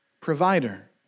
provider